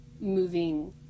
moving